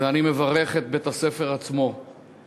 הצעת חוק ספרי לימוד